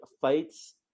fights